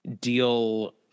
deal